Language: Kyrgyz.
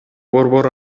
борбор